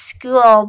School